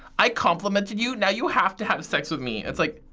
i complimented you. now you have to have sex with me. it's like,